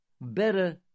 better